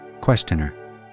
Questioner